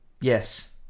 Yes